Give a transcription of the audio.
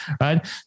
right